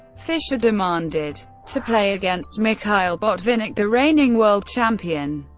fischer demanded to play against mikhail botvinnik, the reigning world champion.